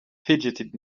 fidgeted